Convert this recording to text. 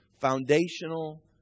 foundational